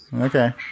Okay